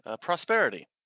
Prosperity